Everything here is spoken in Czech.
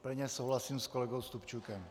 Plně souhlasím s kolegou Stupčukem.